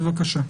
בבקשה.